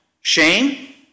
shame